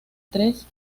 tres